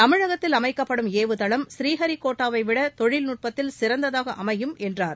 தமிழகத்தில் அமைக்கப்படும் ஏவுதளம் ஸ்ரீஹரிகோட்டாவை விட தொழில்நுட்பத்தில் சிறந்ததாக அமையும் என்றார்